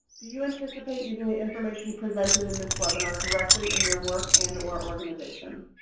do you anticipate using the information presented in this webinar directly in your work and or organization?